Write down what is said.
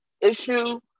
issue